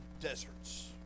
deserts